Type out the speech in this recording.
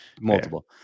Multiple